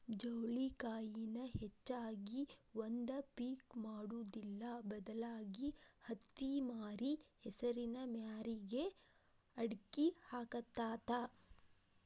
ಚೌಳಿಕಾಯಿನ ಹೆಚ್ಚಾಗಿ ಒಂದ ಪಿಕ್ ಮಾಡುದಿಲ್ಲಾ ಬದಲಾಗಿ ಹತ್ತಿಮ್ಯಾರಿ ಹೆಸರಿನ ಮ್ಯಾರಿಗೆ ಅಕ್ಡಿ ಹಾಕತಾತ